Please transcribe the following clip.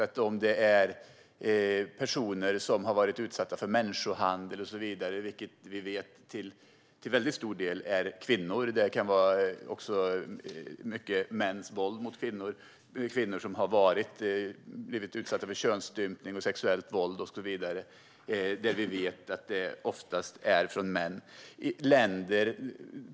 Det kan till exempel handla om personer som har utsatts för människohandel - vi vet att dessa personer till väldigt stor del är kvinnor. Det kan också handla om mäns våld mot kvinnor och om kvinnor som blivit utsatta för könsstympning eller sexuellt våld. Här vet vi att förövarna oftast är män.